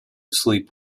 sleep